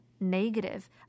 negative